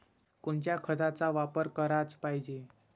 कोनच्या खताचा वापर कराच पायजे?